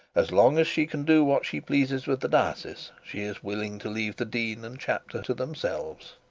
as long as she can do what she pleases with the diocese, she is willing to leave the dean and chapter to themselves.